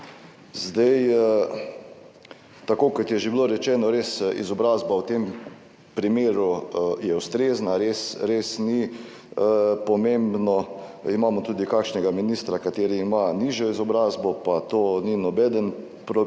Zdaj, tako kot je že bilo rečeno, res izobrazba v tem primeru je ustrezna, res ni pomembno. Imamo tudi kakšnega ministra, kateri ima nižjo izobrazbo, pa to ni nobeden problematiziral.